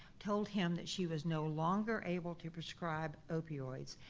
told him that she was no longer able to prescribe opioids,